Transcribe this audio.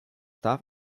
darf